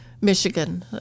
Michigan